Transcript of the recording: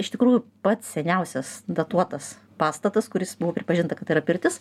iš tikrųjų pats seniausias datuotas pastatas kuris buvo pripažinta kad tai yra pirtis